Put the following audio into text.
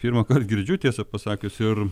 pirmąkart girdžiu tiesą pasakius ir